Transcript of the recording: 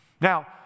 Now